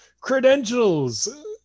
credentials